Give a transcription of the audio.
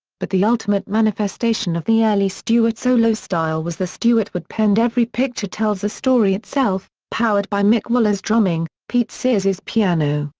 but the ultimate manifestation of the early stewart solo style was the stewart-wood-penned every picture tells a story itself powered by mick waller's drumming, pete sears's piano,